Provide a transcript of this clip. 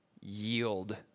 yield